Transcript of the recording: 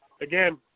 Again